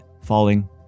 falling